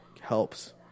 helps